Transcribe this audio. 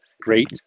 Great